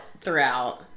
throughout